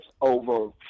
over